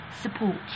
support